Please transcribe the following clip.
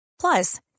Plus